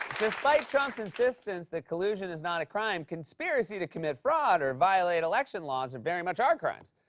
despite trump's insistence that collusion is not a crime, conspiracy to commit fraud or violate election laws and very much are crimes.